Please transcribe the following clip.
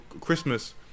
Christmas